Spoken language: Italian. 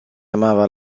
amava